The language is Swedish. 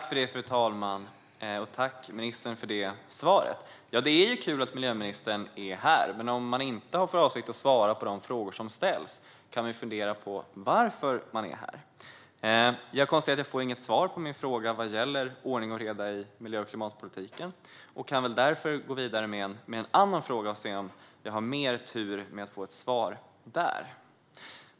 Fru talman! Jag tackar miljöministern för svaret. Det är kul att miljöministern är här. Men om hon inte har för avsikt att svara på de frågor som ställs kan man fundera på varför hon är här. Jag konstaterar att jag inte får något svar på min fråga om ordning och reda i miljö och klimatpolitiken. Jag ska därför gå vidare med en annan fråga för att se om jag har mer tur med att få ett svar på den.